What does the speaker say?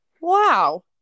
Wow